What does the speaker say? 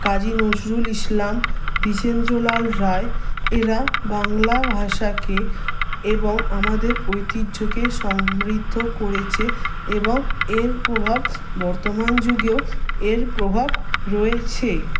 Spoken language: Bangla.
কাজী নজরুল ইসলাম দ্বিজেন্দ্রলাল রায় এরা বাংলা ভাষাকে এবং আমাদের ঐতিহ্যকে সমৃদ্ধ করেছে এবং এর প্রভাব বর্তমান যুগেও এর প্রভাব রয়েছে